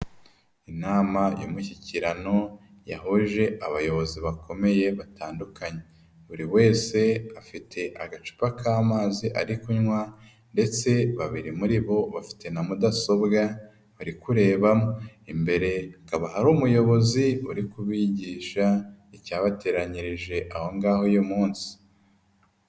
Inama y'umushyikirano, yahuje abayobozi bakomeye batandukanye. Buri wese afite agacupa k'amazi ari kunywa, ndetse babiri muri bo bafite na mudasobwa barikurebamo. Imbere hakaba ari umuyobozi uri kubigisha icyabateranyirije aho ngaho uyu munsi.